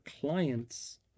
clients